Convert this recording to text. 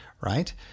right